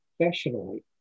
professionally